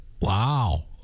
Wow